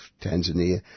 Tanzania